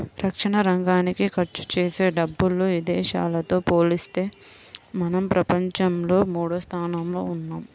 రక్షణరంగానికి ఖర్చుజేసే డబ్బుల్లో ఇదేశాలతో పోలిత్తే మనం ప్రపంచంలో మూడోస్థానంలో ఉన్నాం